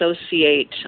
associate